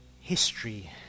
History